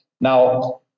Now